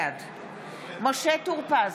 בעד משה טור פז,